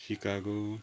Chicago